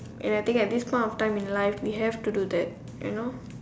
and I think at this point of time in life we have to do that you know